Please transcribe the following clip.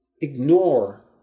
ignore